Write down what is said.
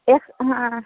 এক হ্যাঁ